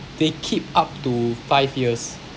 they keep up to five years